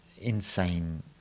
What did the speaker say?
insane